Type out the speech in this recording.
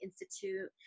Institute